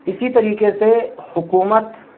اسی طریقے سے حکومت